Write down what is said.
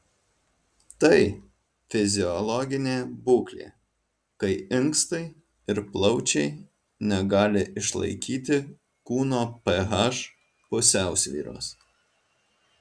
tai fiziologinė būklė kai inkstai ir plaučiai negali išlaikyti kūno ph pusiausvyros